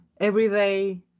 everyday